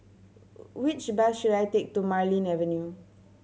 which bus should I take to Marlene Avenue